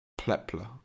Plepler